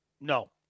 No